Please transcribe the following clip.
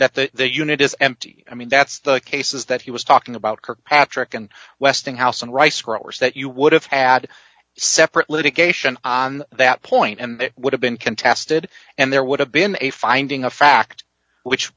board that the unit is empty i mean that's the cases that he was talking about kirkpatrick and westinghouse and rice growers that you would have had separate litigation that point and that would have been contested and there would have been a finding of fact which